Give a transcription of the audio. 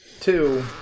Two